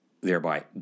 thereby